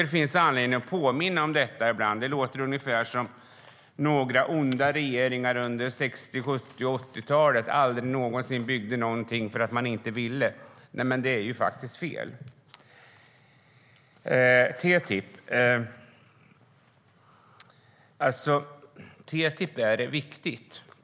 Det finns anledning att påminna om detta ibland, eftersom det låter ungefär som om några onda regeringar under 60-, 70 och 80-talen aldrig någonsin byggde någonting för att de inte ville. Men det är faktiskt fel. TTIP är viktigt.